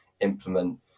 implement